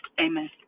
Amen